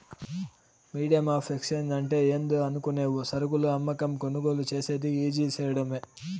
medium of exchange అంటే ఏందో అనుకునేవు సరుకులు అమ్మకం, కొనుగోలు సేసేది ఈజీ సేయడమే